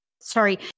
sorry